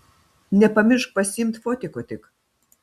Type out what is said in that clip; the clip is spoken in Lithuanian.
nepamiršk pasiimt fotiko tik